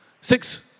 Six